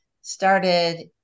started